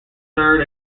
third